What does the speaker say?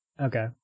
Okay